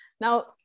Now